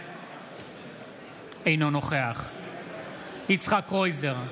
אינו נוכח יצחק קרויזר,